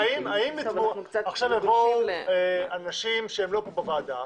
עכשיו יבואו אנשים שהם לא מהוועדה,